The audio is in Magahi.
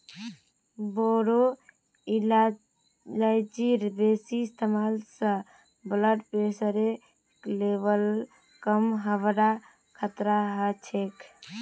बोरो इलायचीर बेसी इस्तमाल स ब्लड प्रेशरेर लेवल कम हबार खतरा ह छेक